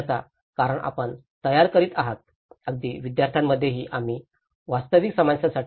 अन्यथा कारण आपण तयारी करीत आहात अगदी विद्यार्थ्यांमध्येही आम्ही वास्तविक समस्यांसाठी तयारी करीत आहोत